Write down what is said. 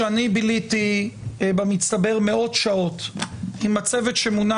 ביליתי במצטבר מאות שעות עם הצוות שמונה